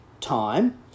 time